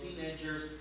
teenagers